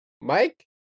Mike